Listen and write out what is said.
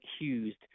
accused